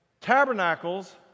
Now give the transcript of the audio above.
Tabernacles